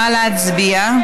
נא להצביע.